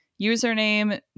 username